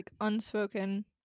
unspoken